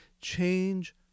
change